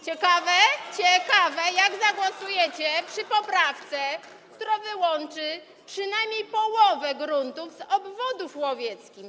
Ciekawe, jak zagłosujecie przy poprawce, która wyłączy przynajmniej połowę gruntów z obwodów łowieckich?